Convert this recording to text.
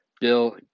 Bill